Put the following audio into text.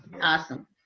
Awesome